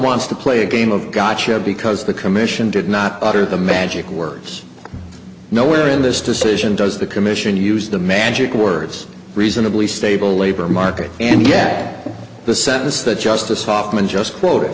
wants to play a game of gotcha because the commission did not utter the magic words no where in this decision does the commission use the magic words reasonably stable labor market and yet the sentence that justice hoffman just quot